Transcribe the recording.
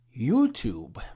youtube